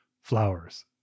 flowers